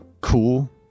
cool